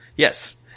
Yes